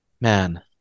Man